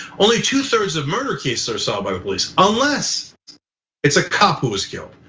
only two thirds of murder cases are solved by police, unless it's a cop who was killed,